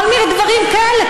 כל מיני דברים כאלה.